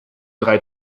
drei